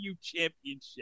championship